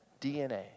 DNA